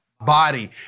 Body